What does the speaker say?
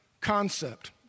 concept